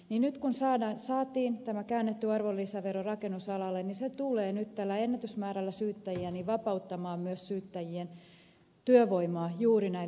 nyt kun saatiin tämä käännetty arvonlisävero rakennusalalle se tulee nyt tällä ennätysmäärällä syyttäjiä vapauttamaan myös syyttäjien työvoimaa juuri näille ed